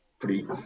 please